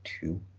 two